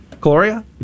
Gloria